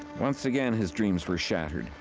once again, his dreams were shattered.